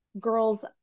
girls